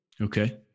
Okay